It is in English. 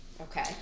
Okay